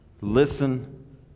listen